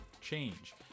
change